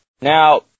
Now